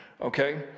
Okay